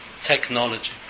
technology